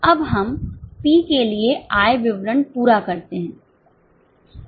अब हम P के लिए आय विवरण पूरा करते हैं